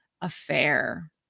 affair